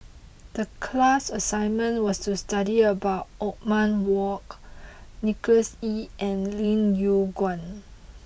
the class assignment was to study about Othman Wok Nicholas Ee and Lim Yew Kuan